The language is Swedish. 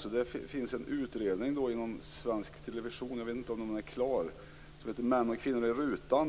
problem. Det finns en utredning inom svensk television - jag vet inte om den är klar - som heter Män och kvinnor i rutan.